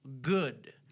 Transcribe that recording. good